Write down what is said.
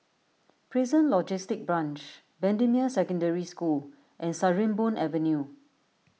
Prison Logistic Branch Bendemeer Secondary School and Sarimbun Avenue